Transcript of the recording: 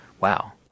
Wow